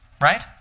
Right